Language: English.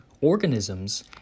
Organisms